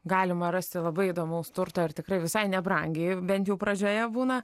galima rasti labai įdomaus turto ir tikrai visai nebrangiai bent jau pradžioje būna